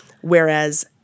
Whereas